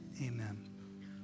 Amen